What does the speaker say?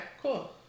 cool